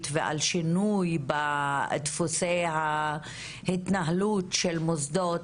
ועל שינוי בדפוסי ההתנהלות של מוסדות,